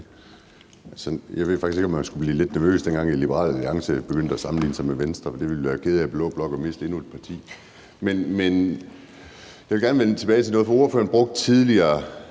Jeg ved faktisk ikke, om man skulle blive lidt nervøs, dengang Liberal Alliance begyndte at sammenligne sig med Venstre, for vi ville da i blå blok være kede af at miste endnu et parti. Men jeg vil gerne vende tilbage til noget. For ordføreren brugte tidligere